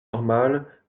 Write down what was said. normales